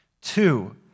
Two